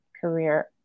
career